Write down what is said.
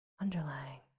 underlying